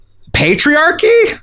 Patriarchy